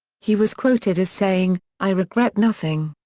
he was quoted as saying i regret nothing.